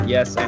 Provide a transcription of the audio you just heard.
Yes